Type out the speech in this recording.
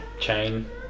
chain